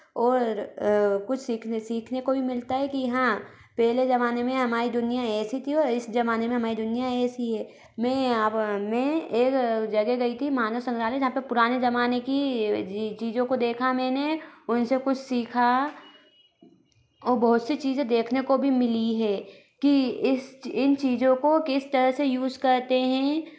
और कुछ सीखने सीखने को भी मिलता है कि हाँ पहले ज़माने में हमारी दुनिया ऐसी थी और इस ज़माने में हमारी दुनिया ऐसी है मैं अब मैं एक जगह गई थी मानव संग्रहालय जहाँ पर पुराने ज़माने की चीज़ों को देखा मैंने उन से कुछ सीखा और बहुत सी चीज़ें देखने को भी मिली है कि इस इन चीज़ों को किस तरह से यूज़ करते हैं